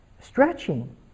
stretching